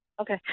Okay